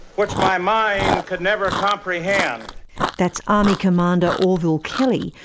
which my mind could never comprehend that's army commander, orville kelly,